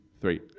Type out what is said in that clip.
three